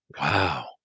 Wow